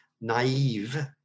naive